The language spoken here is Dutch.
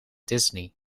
disney